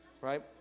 Right